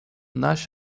nash